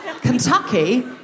Kentucky